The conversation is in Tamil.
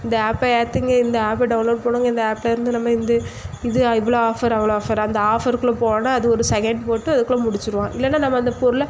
இந்த ஆப்பை ஏற்றுங்க இந்த ஆப்பை டவுன்லோடு போடுங்கள் இந்த ஆப்லந்து நம்ம இந்து இது இவ்வளோ ஆஃபர் அவ்வளோ ஆஃபர் அந்த ஆஃபர்குள்ளே போனால் அது ஒரு செகண்ட் போட்டு அதுக்குள்ளே முடிச்சிருவான் இல்லைனா நம்ம அந்த பொருளை